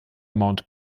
mount